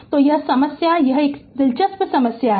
तो यह समस्या यह के लिए एक दिलचस्प समस्या है